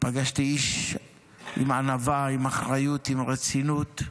פגשתי איש עם ענווה, עם אחריות, עם רצינות.